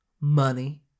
Money